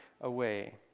away